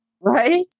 Right